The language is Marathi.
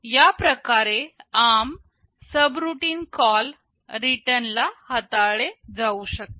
याप्रकारे ARM सबरूटीन कॉल रिटर्न ला हाताळले जाऊ शकते